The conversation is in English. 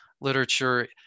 literature